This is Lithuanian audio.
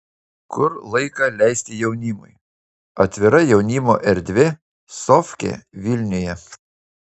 kur laiką leisti jaunimui atvira jaunimo erdvė sofkė vilniuje